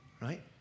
right